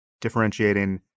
differentiating